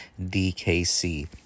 DKC